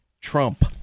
Trump